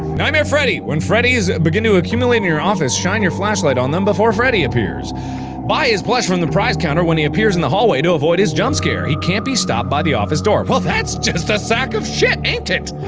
nightmare freddy when freddies begin to accumulate in your office, shine your flashlight on them before freddy appears buy his plush from the prize counter when he appears in the hallway to avoid his jump scare he can't be stopped by the office door well that's just a sack of shit, ain't it?